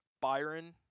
byron